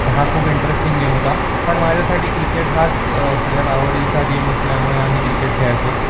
ह हा खूप इंटरेस्टिंग गेम होता पण माझ्यासाठी क्रिकेट हाच सगळ्यात आवडीचा गेम असल्यामुळे आम्ही क्रिकेट खेळायचो